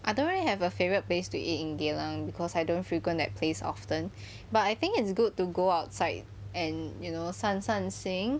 I don't really have a favourite place to eat in geylang because I don't frequent that place often but I think it's good to go outside and you know 散散心